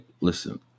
listen